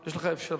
יש לך אפשרות.